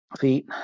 feet